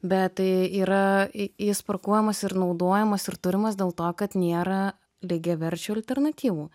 bet tai yra jis parkuojamas ir naudojamas ir turimas dėl to kad nėra lygiaverčių alternatyvų